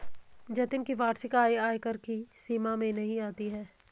जतिन की वार्षिक आय आयकर की सीमा में नही आती है